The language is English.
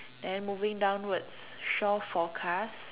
then moving downwards shore forecast